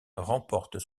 remporte